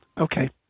Okay